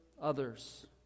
others